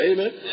Amen